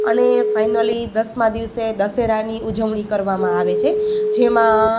અને ફાઇનલી દસમાં દિવસે દશેરાની ઉજવણી કરવામાં આવે છે જેમાં